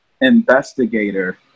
investigator